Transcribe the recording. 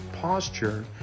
posture